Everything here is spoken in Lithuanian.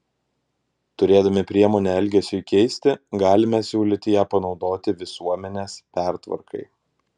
turėdami priemonę elgesiui keisti galime siūlyti ją panaudoti visuomenės pertvarkai